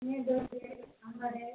ನೀರುದೋಸೆ ಆಂಬೊಡೆ